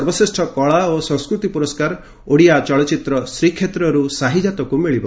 ସର୍ବଶ୍ରେଷ୍ଠ କଳା ଓ ସଂସ୍କୃତି ପୁରସ୍କାର ଓଡ଼ିଆ ଚଳଚ୍ଚିତ୍ର 'ଶ୍ରୀକ୍ଷେତ୍ରରୁ ସାହିଯାତ'କୁ ମିଳିବ